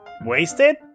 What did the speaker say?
wasted